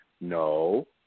No